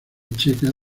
checa